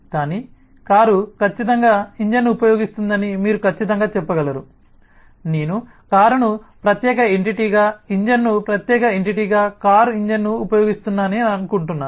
కానీ కారు ఖచ్చితంగా ఇంజిన్ను ఉపయోగిస్తుందని మీరు ఖచ్చితంగా చెప్పగలరు నేను కారును ప్రత్యేక ఎంటిటీగా ఇంజిన్ను ప్రత్యేక ఎంటిటీగా కారు ఇంజిన్ని ఉపయోగిస్తానని అనుకుంటున్నాను